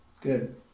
Good